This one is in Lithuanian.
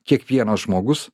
kiekvienas žmogus